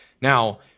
Now